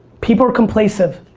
people are complasive.